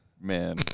man